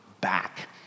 back